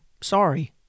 Sorry